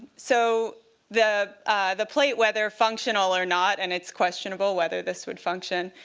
so the the plate, whether functional or not and it's questionable whether this would function